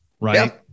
Right